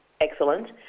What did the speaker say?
excellent